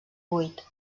buit